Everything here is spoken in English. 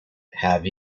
have